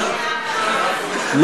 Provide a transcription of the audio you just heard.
בעד, 37, נגד, 45, שניים נמנעו.